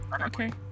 okay